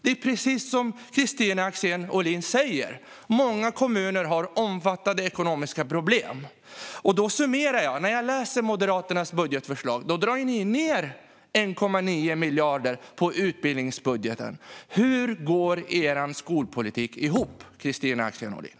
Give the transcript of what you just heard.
Det är precis som Kristina Axén Olin säger, att många kommuner har omfattande ekonomiska problem. Då summerar jag. När jag läser Moderaternas budgetförslag ser jag att ni drar ned 1,9 miljarder på utbildningsbudgeten. Hur går er skolpolitik ihop, Kristina Axén Olin?